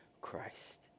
Christ